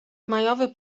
majowy